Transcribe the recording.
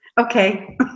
Okay